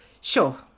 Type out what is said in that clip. sure